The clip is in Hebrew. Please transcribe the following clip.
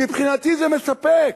מבחינתי זה מספק.